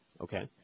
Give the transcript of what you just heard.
Okay